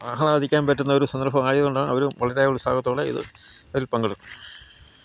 ആഹ്ളാദിക്കാൻ പറ്റുന്ന ഒരു സന്ദർഭം ആയതുകൊണ്ട് അവരും വളരെ ഉത്സാഹത്തോടെ ഇത് അതിൽ പങ്കെടുക്കും